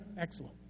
excellent